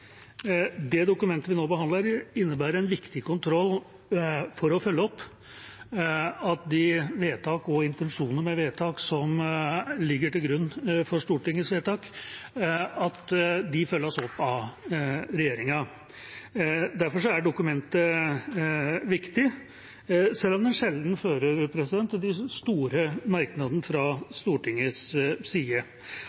Det dokumentet vi nå behandler, innebærer en viktig kontroll for å følge opp at de vedtak og intensjoner med vedtak som ligger til grunn for Stortingets vedtak, følges opp av regjeringa. Derfor er dokumentet viktig, selv om en sjelden hører de store merknadene fra